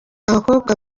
abakobwa